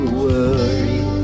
worry